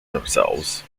themselves